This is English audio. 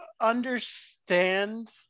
understand